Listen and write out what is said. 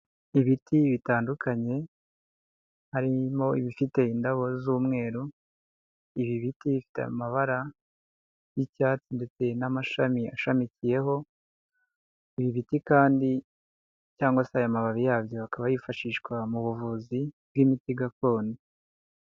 Ibiti bitandukanye harimo ibifite indabo z'umweru, ibi biti bifite amabara y'icyatsi ndetse n'amashami ashamikiyeho, ibi ibiti kandi cyangwa se aya mababi yabyo bakaba yifashishwa mu buvuzi bw'imiti gakondo.